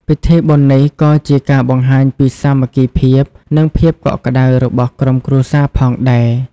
ពិធីបុណ្យនេះក៏ជាការបង្ហាញពីសាមគ្គីភាព និងភាពកក់ក្តៅរបស់ក្រុមគ្រួសារផងដែរ។